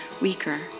weaker